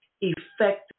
effective